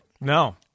No